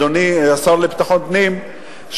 אדוני השר לביטחון פנים,